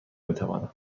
بتوانم